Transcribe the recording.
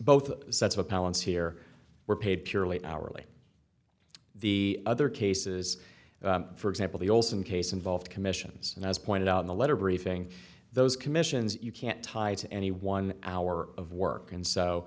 both sets of palin's here were paid purely an hourly the other cases for example the olson case involved commissions and as pointed out in the letter briefing those commissions you can't tie to any one hour of work and so